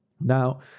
Now